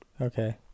Okay